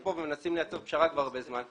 כאן ולמנסים לייצר פשרה כבר הרבה זמן.